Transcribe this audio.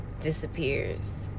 disappears